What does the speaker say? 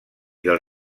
del